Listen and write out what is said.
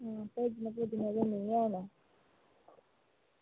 भेजने ते निं हैन